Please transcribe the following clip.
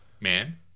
Man